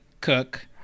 Cook